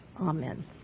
Amen